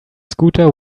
scooter